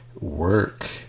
work